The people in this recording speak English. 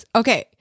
okay